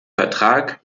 vertrag